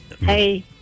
Hey